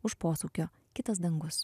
už posūkio kitas dangus